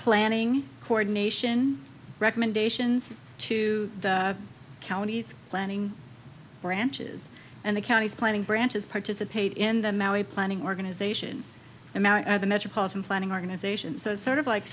planning coordination recommendations to the counties planning branches and the counties planning branches participate in the maui planning organization the metropolitan planning organization so sort of like